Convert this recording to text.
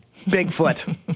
Bigfoot